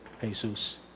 Jesus